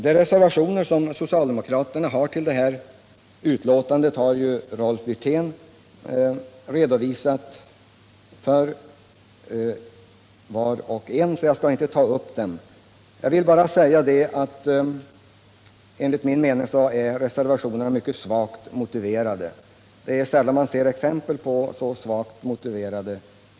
De socialdemokratiska reservationer som är fogade till det här betänkandet har Rolf Wirtén talat om, så jag skall inte beröra dem. Jag vill bara säga att reservationerna, enligt min mening, är mycket svagt sakligt Särskilda åtgärder motiverade.